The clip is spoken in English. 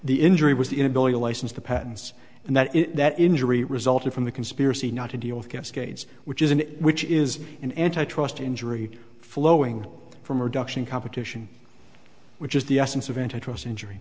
the injury was the inability to license the patents and that that injury resulted from the conspiracy not to deal with cascades which is an which is an antitrust injury flowing from reduction in competition which is the essence of antitrust injury